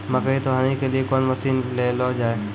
मकई तो हनी के लिए कौन मसीन ले लो जाए?